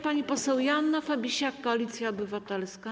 Pani poseł Joanna Fabisiak, Koalicja Obywatelska.